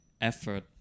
effort